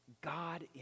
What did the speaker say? god